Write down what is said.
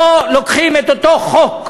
פה, לוקחים את אותו חוק,